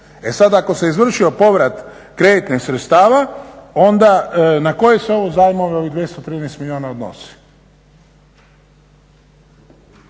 E sada ako se izvršio povrat kreditnih sredstava onda na koje se ovo zajmove ovih 213 milijuna odnosi?